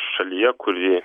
šalyje kuri